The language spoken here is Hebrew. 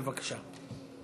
בבקשה.